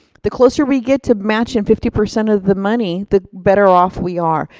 the closer we get to matching fifty percent of the money, the better off we are.